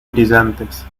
brillantes